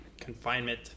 Confinement